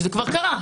זה כבר קרה.